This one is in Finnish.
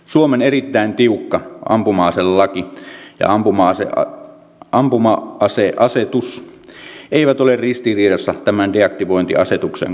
suomen erittäin tiukka ampuma aselaki ja ampuma aseasetus eivät ole ristiriidassa tämän deaktivointiasetuksen kanssa